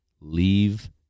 Leave